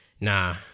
Nah